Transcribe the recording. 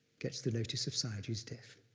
gets the notice of sayagyi's death.